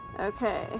Okay